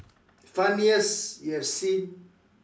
funniest you've seen